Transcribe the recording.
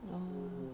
orh